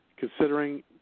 considering